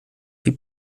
die